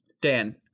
Dan